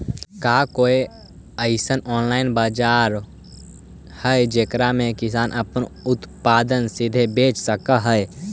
का कोई अइसन ऑनलाइन बाजार हई जेकरा में किसान अपन उत्पादन सीधे बेच सक हई?